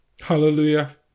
hallelujah